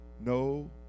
No